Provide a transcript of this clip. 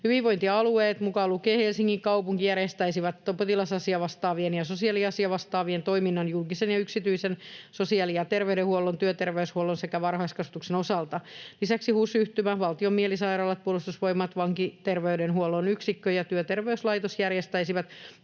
Hyvinvointialueet mukaan lukien Helsingin kaupunki järjestäisivät potilas-asiavastaavien ja sosiaaliasiavastaavien toiminnan julkisen ja yksityisen sosiaali- ja ter- veydenhuollon, työterveyshuollon sekä varhaiskasvatuksen osalta. Lisäksi HUS-yhtymä, valtion mielisairaalat, Puolustusvoimat, Vankiterveydenhuollon yksikkö ja Työterveyslaitos järjestäisivät